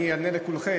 אני אענה לכולכם.